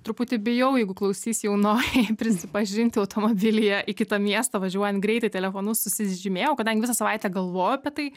truputį bijau jeigu klausys jaunoji prisipažinti automobilyje į kitą miestą važiuojant greitai telefonu susižymėjau kadangi visą savaitę galvojau apie tai